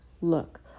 Look